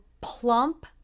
plump